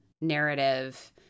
narrative